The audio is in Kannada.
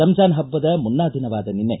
ರಂಜಾನ್ ಹಬ್ಬದ ಮುನ್ನಾ ದಿನವಾದ ನಿನ್ನೆ